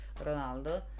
Ronaldo